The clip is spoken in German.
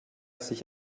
sich